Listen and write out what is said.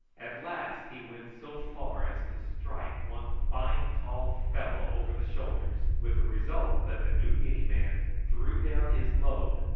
at last he went so far as to strike one fine tall fellow over the shoulders, with the result that the new guinea man threw down his load,